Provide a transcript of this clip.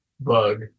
bug